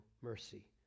mercy